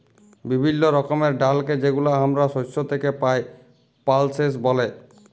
বিভিল্য রকমের ডালকে যেগুলা হামরা শস্য থেক্যে পাই, পালসেস ব্যলে